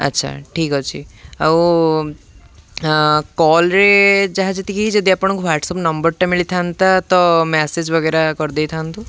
ଆଚ୍ଛା ଠିକ୍ ଅଛି ଆଉ କଲ୍ରେ ଯାହା ଯେତିକି ଯଦି ଆପଣଙ୍କୁ ହ୍ଵାଟସ୍ଆପ୍ ନମ୍ବରଟା ମିଳିଥାନ୍ତା ତ ମେସେଜ୍ ବଗେରା କରିଦେଇଥାନ୍ତୁ